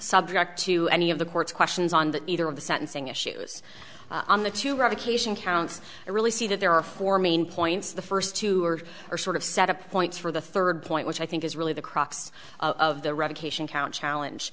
subject to any of the court's questions on either of the sentencing issues on the two revocation counts i really see that there are four main points the first two are are sort of set a points for the third point which i think is really the crux of the revocation count